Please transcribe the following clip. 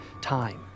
time